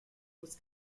was